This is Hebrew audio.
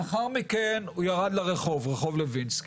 לאחר מכן, הוא ירד לרחוב, רחוב לוינסקי.